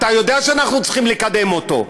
אתה יודע שאנחנו צריכים לקדם אותו.